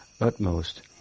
utmost